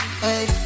Hey